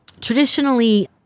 traditionally